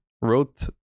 wrote